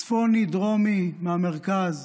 צפוני, דרומי, מהמרכז.